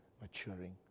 maturing